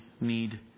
need